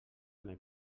més